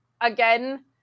Again